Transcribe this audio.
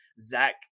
Zach